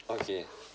okay